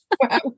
Wow